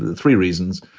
ah three reasons.